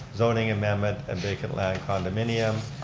zoning amendment and vacant land condominium,